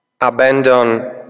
abandon